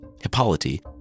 Hippolyte